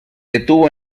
detuvo